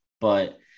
but-